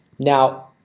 now.